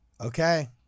Okay